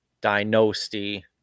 Dynasty